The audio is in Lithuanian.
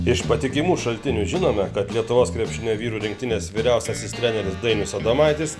iš patikimų šaltinių žinome kad lietuvos krepšinio vyrų rinktinės vyriausiasis treneris dainius adomaitis